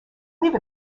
leave